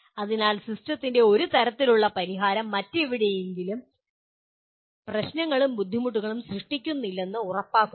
അതിനാൽ സിസ്റ്റത്തിന്റെ ഒരു തലത്തിലുള്ള പരിഹാരം മറ്റെവിടെയെങ്കിലും പ്രശ്നങ്ങളും ബുദ്ധിമുട്ടുകളും സൃഷ്ടിക്കുന്നില്ലെന്ന് ഉറപ്പാക്കുന്നു